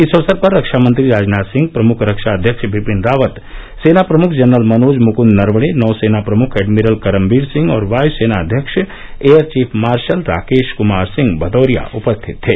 इस अवसर पर रक्षामंत्री राजनाथ सिंह प्रमुख रक्षा अध्यक्ष बिपिन रावत सेना प्रमुख जनरल मनोज मुक्न्द नरवणे नौसेना प्रमुख एडमिरल करमबीर सिंह और वाय सेना अध्यक्ष air chief marshal Rakesh Kumar Singh Bhadauria उपस्थित थे